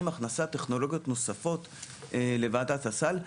הכנסת טכנולוגיות נוספות לוועדת הסל.